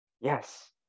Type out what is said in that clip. Yes